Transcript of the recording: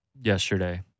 yesterday